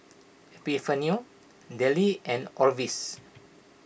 Epifanio Dayle and Orvis